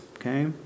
okay